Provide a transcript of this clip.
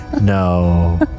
No